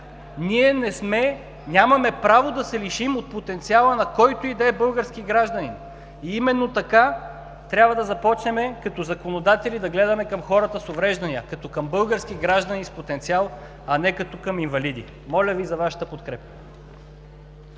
сме, нямаме право да се лишим от потенциала на който и да е български гражданин и именно така трябва да започнем като законодатели да гледаме към хората с увреждания, като към български граждани с потенциал, а не като към инвалиди. Моля Ви за Вашата подкрепа.